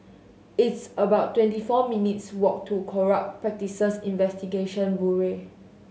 it's about twenty four minutes' walk to Corrupt Practices Investigation Bureau